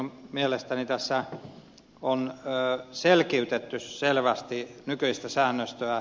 minun mielestäni tässä on selkiytetty selvästi nykyistä säännöstöä